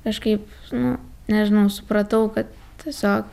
kažkaip nu nežinau supratau kad tiesiog